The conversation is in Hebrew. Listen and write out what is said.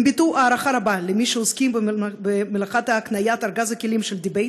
הם ביטאו הערכה רבה למי שעוסקים במלאכת הקניית ארגז הכלים של דיבייט,